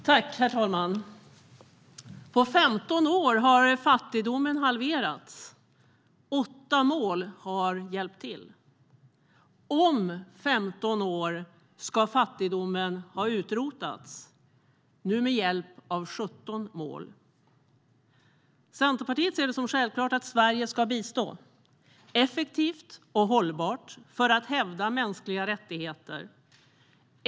Herr talman! På 15 år har fattigdomen halverats. Åtta mål har hjälpt till. Om 15 år ska fattigdomen ha utrotats, nu med hjälp av 17 mål. Centerpartiet ser det som självklart att Sverige ska bistå effektivt och hållbart för att hävda mänskliga rättigheter.